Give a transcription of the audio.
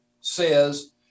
says